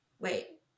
wait